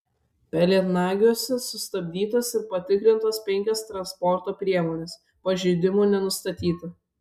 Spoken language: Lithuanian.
pelėdnagiuose sustabdytos ir patikrintos penkios transporto priemonės pažeidimų nenustatyta